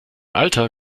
alter